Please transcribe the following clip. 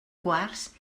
quars